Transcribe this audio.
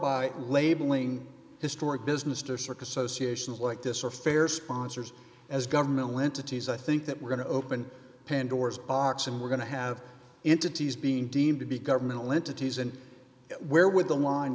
by labeling historic business to circus associations like this or fair sponsors as governmental entities i think that we're going to open pandora's box and we're going to have into t's being deemed to be governmental entities and where would the line